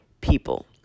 people